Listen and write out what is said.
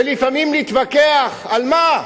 ולפעמים להתווכח, על מה?